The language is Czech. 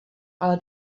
ale